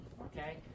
okay